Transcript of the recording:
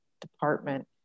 department